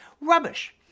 Rubbish